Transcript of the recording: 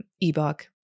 ebook